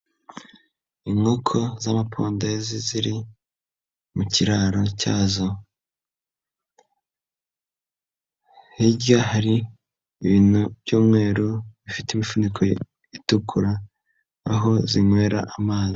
Inkoko z'amapondezi ziri mu kiraro cyazo. Hirya hari ibintu by'umweru bifite imifuniko itukura aho zinywera amazi.